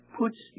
puts